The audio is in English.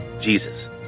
Jesus